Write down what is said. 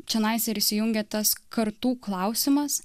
čionais ir įsijungia tas kartų klausimas